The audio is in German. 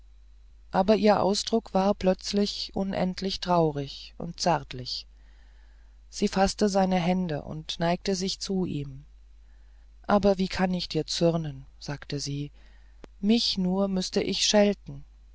aber ihr ausdruck wurde plötzlich unendlich traurig und zärtlich sie faßte seine hände und neigte sich zu ihm aber wie kann ich dir zürnen sagte sie mich nur müßte ich schelten